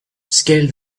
scaled